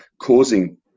causing